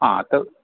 हां तर